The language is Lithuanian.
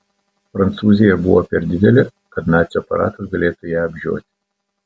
prancūzija buvo per didelė kad nacių aparatas galėtų ją apžioti